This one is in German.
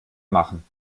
machen